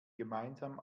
gemeinsam